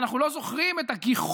מה, אנחנו לא זוכרים את הגיחוך